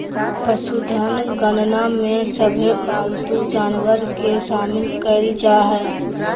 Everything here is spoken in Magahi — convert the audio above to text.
पशुधन गणना में सभे पालतू जानवर के शामिल कईल जा हइ